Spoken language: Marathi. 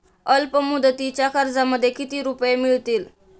अल्पमुदतीच्या कर्जामध्ये किती रुपये मिळतील?